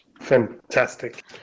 Fantastic